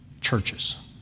churches